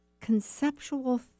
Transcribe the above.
conceptual